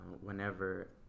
whenever